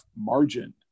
margin